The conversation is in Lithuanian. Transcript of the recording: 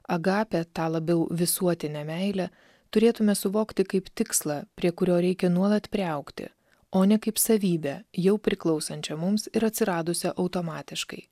agapę tą labiau visuotinę meilę turėtume suvokti kaip tikslą prie kurio reikia nuolat priaugti o ne kaip savybę jau priklausančią mums ir atsiradusią automatiškai